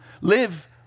live